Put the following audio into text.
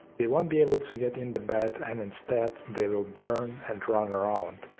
they won't be able to get in the bed and instead they will burn and run around.